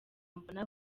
mbona